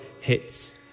hits